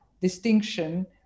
distinction